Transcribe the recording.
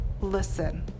listen